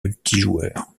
multijoueur